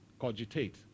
cogitate